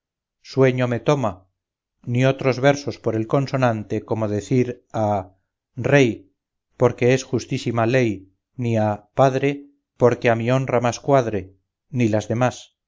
sueño me toma ni otros versos por el consonante como decir a rey porque es justísima ley ni a padre porque a mi honra más cuadre ni las demás